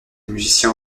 musiciens